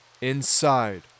inside